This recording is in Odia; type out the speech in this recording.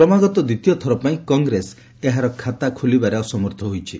କ୍ରମାଗତ ଦ୍ୱିତୀୟଥର ପାଇଁ କଂଗ୍ରେସ ଏହାର ଖାତା ଖୋଲିବାରେ ଅସମର୍ଥ ହୋଇଛି